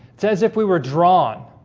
says if we were drawn